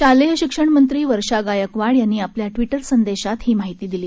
शालेय शिक्षणमंत्री वर्षा गायकवाड यांनी आपल्या ट्वीटर संदेशात ही माहिती दिली